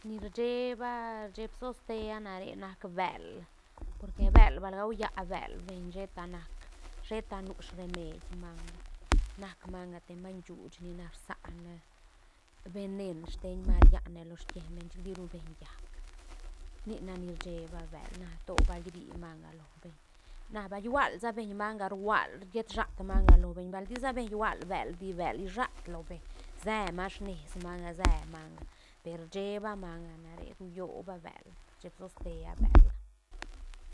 Ni rsheba a sheb soste na re nac bël porque bël bal gauya bël beñ sheta nac sheta nu sremeid manga nac manga te maiñ shuuch ni nac rsan venen steiñ manga rian ne lo shikien beñ chic ti ru beñ yác nic nac ni rsheba bël to bal ri manga lo beñ na bal rhual sabeñ manga rual riet shat manga lo beñ val tisa beñ gual bël ti bël shiat lo beñ se manga shines manga se manga per rsheba manga na re ru lloba bël rsheb tostea bël